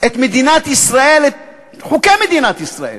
את מדינת ישראל, את חוקי מדינת ישראל